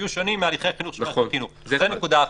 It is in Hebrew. יהיו שונים מהליכי האישור של --- זו נקודה אחת,